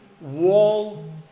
Wall